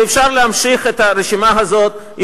ואפשר להמשיך את הרשימה הזאת.